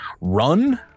run